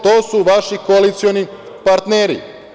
To su vaši koalicioni partneri.